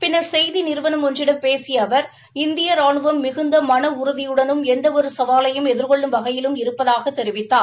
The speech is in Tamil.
பின்னா் செய்தி நிறுவனம் ஒன்றிடம் பேசிய அவர் இந்திய ராணுவம் மிகுந்த மன உறுதியுடனும் எந்த ஒரு சவாலையும் எதிர்கொள்ளும் வகையிலும் இருப்பதாகத் தெரிவித்தார்